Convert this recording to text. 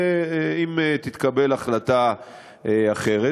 ואם תתקבל החלטה אחרת,